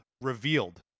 Revealed